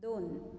दोन